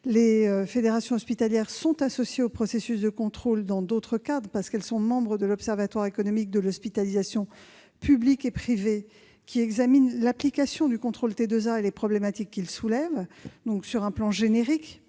Les fédérations hospitalières sont associées au processus de contrôle dans d'autres cadres, parce qu'elles sont membres de l'Observatoire économique de l'hospitalisation publique et privée, qui examine l'application du contrôle de la T2A et les problématiques qu'il soulève sur un plan générique